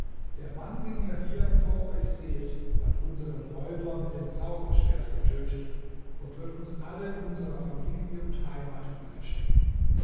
der mann den ihr hier vor euch sehet hat unseren räuber mit dem zauberschwert getötet und wird uns alle unserer familie und heimat wieder schenken